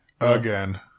Again